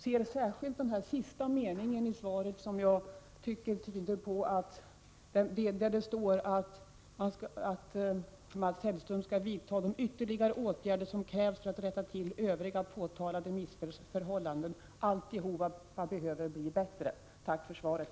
Särskilt den sista meningen i svaret, där det sägs att regeringen kommer att vidta de ytterligare åtgärder som krävs för att rätta till övriga missförhållanden, tyder på att förhållandena behöver ändras till det bättre. Tack för svaret!